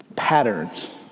patterns